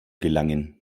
gelangen